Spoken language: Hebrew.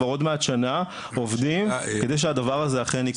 כבר עוד מעט שנה עובדים כדי שהדבר הזה אכן יקרה.